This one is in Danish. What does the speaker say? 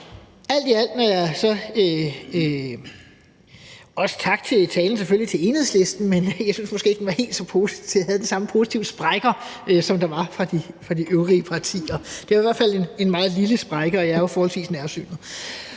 at se på reglerne. Også tak, selvfølgelig, for talen fra Enhedslisten. Men jeg synes måske ikke, at den havde helt de samme positive sprækker, som der var hos de øvrige partier. Det var i hvert fald en meget lille sprække – og jeg er jo forholdsvis nærsynet.